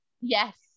Yes